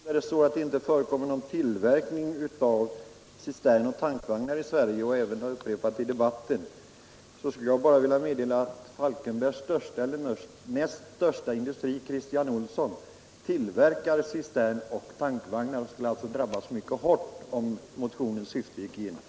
Herr talman! Eftersom herr Sellgren har väckt en motion i vilken det står att det inte förekommer någon tillverkning av cisternoch tankvagnar i Sverige — och herr Sellgren har också upprepat det i debatten — vill jag meddela att Falkenbergs näst största industri, Christian Olsson AB, tillverkar cisternoch tankvagnar. Det företaget skulle alltså komma att drabbas mycket hårt, om motionen gick igenom.